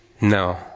No